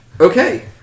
Okay